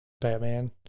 batman